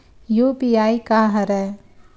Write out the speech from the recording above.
UPI का हरय?